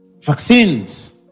vaccines